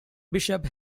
bishop